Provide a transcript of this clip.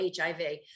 HIV